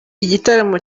igitaramo